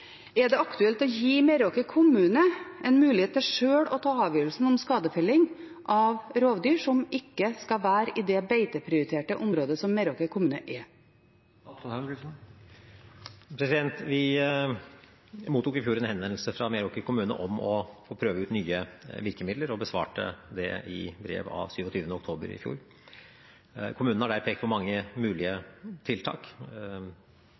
Er det aktuelt å gi Meråker kommune en mulighet til sjøl å ta avgjørelsen om skadefelling av rovdyr som ikke skal være i det beiteprioriterte området som Meråker kommune er? Vi mottok i fjor en henvendelse fra Meråker kommune om å prøve ut nye virkemidler og besvarte det i brev av 27. oktober i fjor. Kommunen har der pekt på mange mulige tiltak.